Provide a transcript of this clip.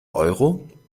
euro